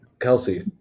Kelsey